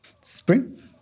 spring